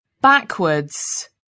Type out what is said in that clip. backwards